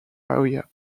area